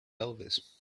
elvis